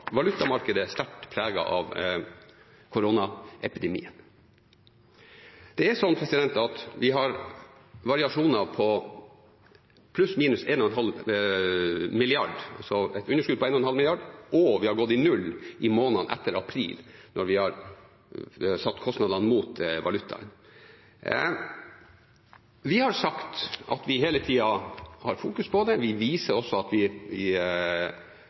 valutamarkedet sterkt preget av koronaepidemien. Vi har variasjoner på pluss/minus 1,5 mrd. kr – så et underskudd på 1,5 mrd. kr – og vi har gått i null i månedene etter april når vi har satt kostnadene opp mot valutaen. Vi har sagt at vi hele tida fokuserer på dette, og vi kommuniserer det og presenterer det også for Stortinget, slik at Stortinget også skal være klar over det. Vi